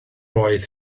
oedd